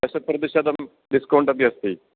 दशप्रतिशतं discount अपि अस्ति